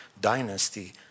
dynasty